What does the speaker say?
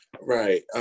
Right